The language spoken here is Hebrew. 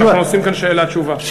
שאלה-תשובה.